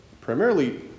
primarily